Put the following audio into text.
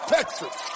Texas